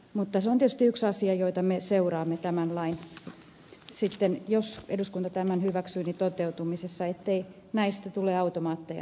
mutta se on tietysti yksi asia jota me seuraamme tämän lain toteutumisessa jos eduskunta tämän hyväksyy ettei näistä rajoista tule automaatteja